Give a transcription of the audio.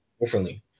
differently